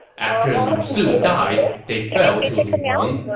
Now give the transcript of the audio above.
after lu su died, they fell to lu meng.